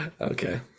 Okay